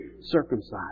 circumcised